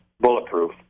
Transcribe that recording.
bulletproof